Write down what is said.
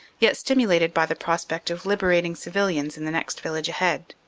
yet stimulated by the prospect of liberating civilians in the next village ahead,